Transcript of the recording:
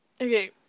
Okay